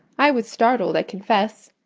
i was startled, i confess,